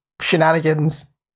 shenanigans